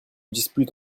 dispute